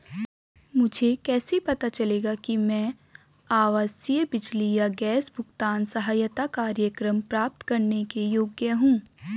मुझे कैसे पता चलेगा कि मैं आवासीय बिजली या गैस भुगतान सहायता कार्यक्रम प्राप्त करने के योग्य हूँ?